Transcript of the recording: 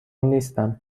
نیستم